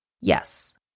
Yes